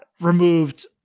removed